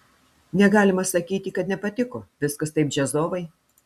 negalima sakyti kad nepatiko viskas taip džiazovai